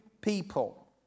people